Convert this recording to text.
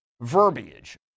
verbiage